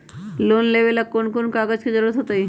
Loan लेवेला कौन कौन कागज के जरूरत होतई?